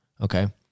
okay